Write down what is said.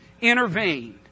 intervened